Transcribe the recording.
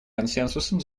консенсусом